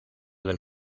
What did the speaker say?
del